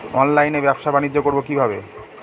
অনলাইনে ব্যবসা বানিজ্য করব কিভাবে?